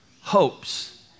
hopes